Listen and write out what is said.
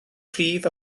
prif